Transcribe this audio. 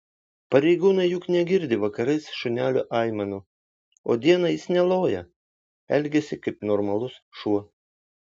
pareigūnai juk negirdi vakarais šunelio aimanų o dieną jis neloja elgiasi kaip normalus šuo